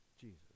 Jesus